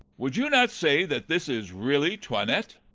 would you not say that this is really toinette?